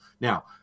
now